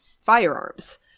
firearms